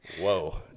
Whoa